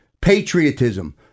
patriotism